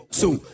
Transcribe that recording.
two